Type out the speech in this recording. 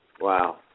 Wow